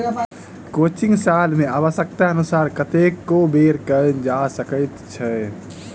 crutching साल मे आव्श्यकतानुसार कतेको बेर कयल जा सकैत छै